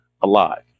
alive